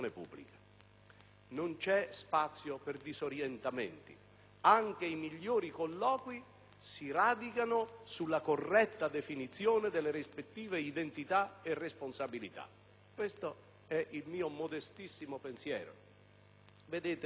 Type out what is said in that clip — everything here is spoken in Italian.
Non c'è spazio per disorientamenti. Anche i migliori colloqui si radicano sulla corretta definizione delle rispettive identità e responsabilità. Questo è il mio modestissimo pensiero.